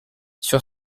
sur